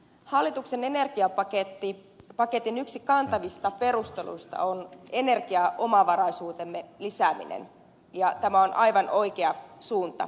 hallituksen energiapaketin yksi kantavista perusteluista on energiaomavaraisuutemme lisääminen ja tämä on aivan oikea suunta